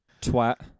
Twat